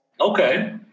Okay